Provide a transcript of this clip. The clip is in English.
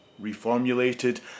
reformulated